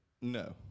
No